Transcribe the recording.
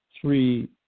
three